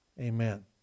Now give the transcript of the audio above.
Amen